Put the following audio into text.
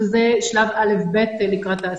שזה שלב א'-ב' לקראת תעסוקה.